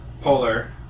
polar